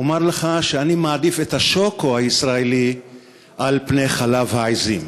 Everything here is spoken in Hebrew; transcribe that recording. אומַר לך שאני מעדיף את השוקו הישראלי על פני חלב העזים,